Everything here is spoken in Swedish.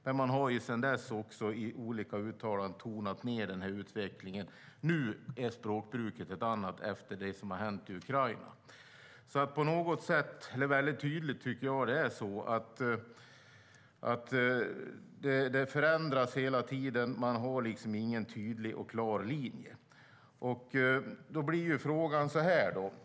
Men sedan dess har man i olika uttalanden tonat ned den utvecklingen. Nu är språkbruket ett annat, efter det som har hänt i Ukraina. På något sätt tycker jag att det är tydligt att det förändras hela tiden och att man liksom inte har någon tydlig och klar linje. Jag har en fråga.